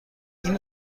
این